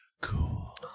Cool